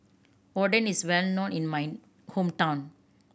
oden is well known in my hometown